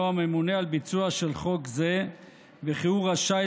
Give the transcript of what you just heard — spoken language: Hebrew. הממונה על ביצוע של חוק זה וכי הוא רשאי,